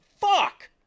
fuck